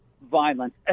violence